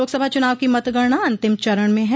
लोकसभा चुनाव की मतगणना अंतिम चरण में है